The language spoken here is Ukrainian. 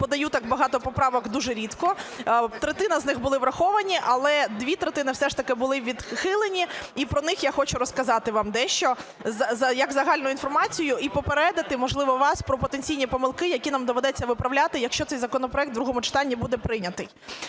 подаю так багато поправок дуже рідко. Третина з них були враховані. Але дві третини все ж таки були відхилені, і про них я хочу розказати вам дещо як загальну інформацію. І попередити, можливо, вас про потенційні помилки, які нам доведеться виправляти, якщо цей законопроект у другому читанні буде прийнятий.